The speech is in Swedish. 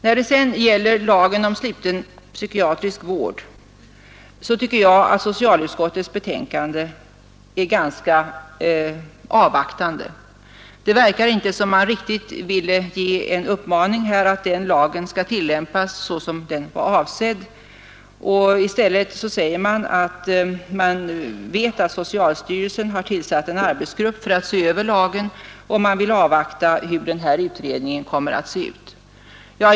När det gäller lagen om sluten psykiatrisk vård tycker jag att socialutskottets betänkande är ganska avvaktande. Det verkar inte riktigt som om man ville ge en uppmaning om att den lagen skall tillämpas såsom den var avsedd. I stället säger man att man vet att socialstyrelsen har tillsatt en arbetsgrupp för att se över lagen och att man vill avvakta hur den utredningen kommer att se ut.